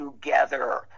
together